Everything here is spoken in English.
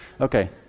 Okay